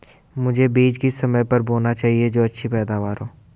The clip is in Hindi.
मुझे बीज किस समय पर बोना चाहिए जो अच्छी पैदावार हो?